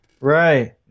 right